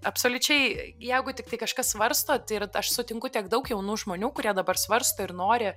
absoliučiai jeigu tiktai kažkas svarsto tai ir aš sutinku tiek daug jaunų žmonių kurie dabar svarsto ir nori